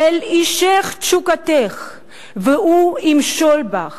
"ואל אישך תשוקתך והוא ימשֹל בך".